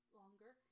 longer